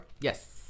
Yes